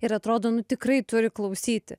ir atrodo nu tikrai turi klausyti